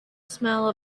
smell